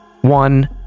One